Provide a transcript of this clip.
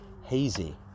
hazy